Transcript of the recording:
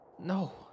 No